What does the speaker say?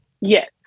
yes